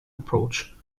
approach